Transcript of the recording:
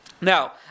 Now